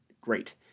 great